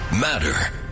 matter